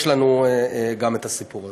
יש לנו גם את הסיפור הזה.